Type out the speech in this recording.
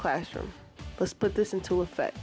classroom let's put this into effect